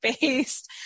based